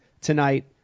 tonight